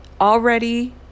already